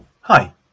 Hi